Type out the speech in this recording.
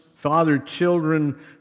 father-children